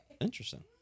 interesting